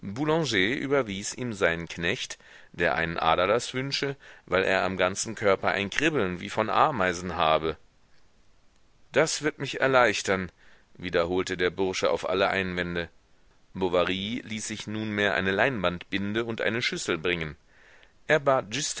überwies ihm seinen knecht der einen aderlaß wünsche weil er am ganzen körper ein kribbeln wie von ameisen habe das wird mich erleichtern wiederholte der bursche auf alle einwände bovary ließ sich nunmehr eine leinwandbinde und eine schüssel bringen er bat